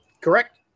Correct